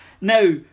Now